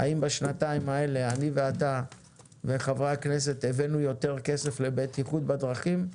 האם בשנתיים האלה אני ואתה וחברי הכנסת הבאנו יותר כסף לבטיחות בדרכים?